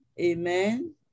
Amen